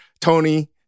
Tony